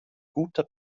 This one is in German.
guter